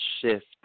shift